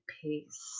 peace